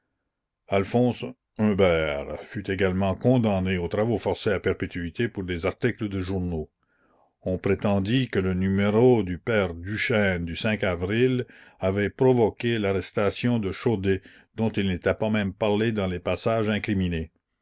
alphonse humbert fut également condamné aux travaux forcés à perpétuité pour des articles de journaux on prétendit que le n du père duchêne du avril avait provoqué l'arrestation de chaudey dont il n'était pas même parlé dans les passages incriminés